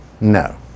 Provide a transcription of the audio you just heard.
no